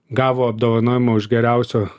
gavo apdovanojimą už geriausio